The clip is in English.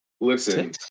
Listen